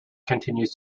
continues